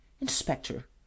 Inspector